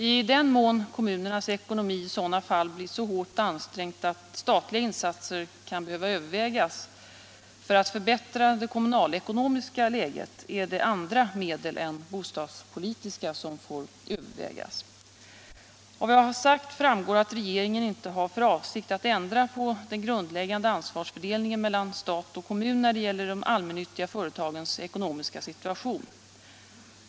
I den mån kommunernas ekonomi i sådana fall blir så hårt ansträngd att statliga insatser kan behöva övervägas för att förbättra det kommunalekonomiska läget, är det andra medel än bostadspolitiska som får övervägas. Av vad jag har sagt framgår att regeringen inte har för avsikt att ändra på den grundläggande ansvarsfördelningen mellan stat och kommun när det gäller de allmännyttiga företagens ekonomiska situation.